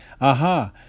Aha